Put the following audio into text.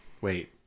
Wait